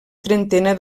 trentena